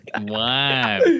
Wow